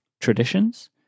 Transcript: traditions